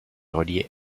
reliait